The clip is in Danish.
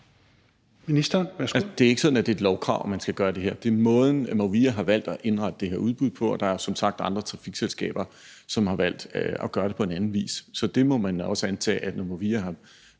Det er ikke sådan, at det er et lovkrav, at man skal gøre det her – det er den måde, Movia har valgt at indrette det her udbud på, og der er som sagt andre trafikselskaber, som har valgt at gøre det på en anden måde. Så når Movia har